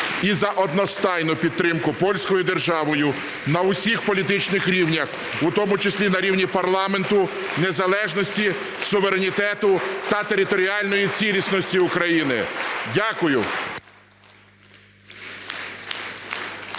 і за одностайну підтримку польською державою на всіх політичних рівнях, в тому числі і на рівні парламенту, незалежності, суверенітету та територіальної цілісності України. Дякую.